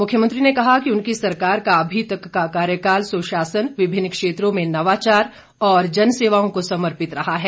मुख्यमंत्री ने कहा कि उनकी सरकार का अभी तक का कार्यकाल सुशासन विभिन्न क्षेत्रों में नवाचार और जन सेवाओं को समर्पित रहा है